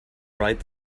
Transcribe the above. right